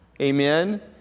Amen